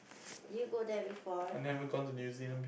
did you go there before